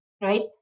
right